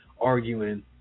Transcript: arguing